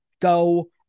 go